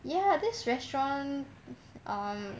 ya this restaurant um